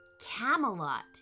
camelot